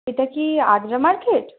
এটা কি আদ্রা মার্কেট